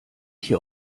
hier